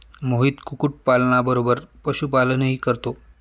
मोहित कुक्कुटपालना बरोबर पशुपालनही करतो